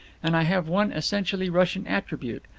and i have one essentially russian attribute,